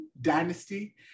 Dynasty